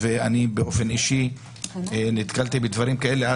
ואני באופן אישי נתקלתי בדברים האלה.